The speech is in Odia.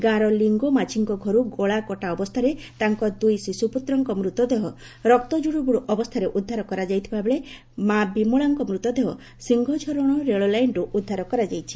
ଗାଁର ଲିଙ୍ଗ ମାଝି ଘରୁ ଗଳାକଟା ଅବସ୍ଥାରେ ତାଙ୍କ ଦୁଇ ଶିଶୁପୁତ୍ରଙ୍କ ମୃତଦେହ ରକ୍ତ ଜୁଡୁବୁଡୁ ଅବସ୍ଥାରେ ଉଦ୍ଦାର କରାଯାଇଥିବାବେଳେ ମା ବିମଳାଙ୍କ ମୃତଦେହ ସିଂହଝରଣ ରେଳ ଲାଇନରୁ ଉଦ୍ଧାର କରାଯାଇଛି